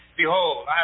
Behold